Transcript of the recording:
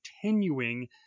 continuing